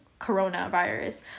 coronavirus